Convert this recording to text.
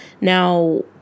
Now